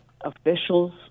officials